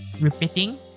repeating